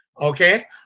Okay